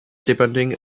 depending